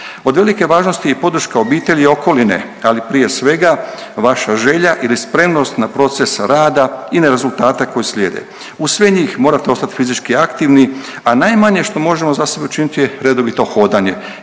Od velike važnosti je i podrška obitelji i okoline, ali prije svega vaša želja ili spremnost na proces rada i na rezultate koji slijede. Uz sve njih morate ostat fizički aktivni, a najmanje što možemo za sebe učiniti je redovito hodanje